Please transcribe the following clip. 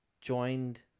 joined